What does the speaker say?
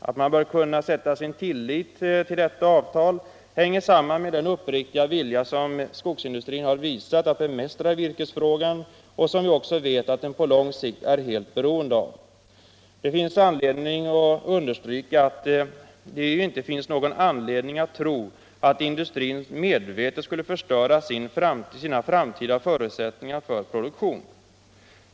Att man bör kunna sätta sin tillit till detta avtal hänger samman med den uppriktiga vilja som skogsindustrin har visat att bemästra virkesfrågan som vi också vet att den på lång sikt är helt beroende av. Det finns skäl att understryka att det inte finns någon anledning att tro att industrin medvetet skulle förstöra sina framtida förutsättningar för produktion.